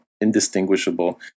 indistinguishable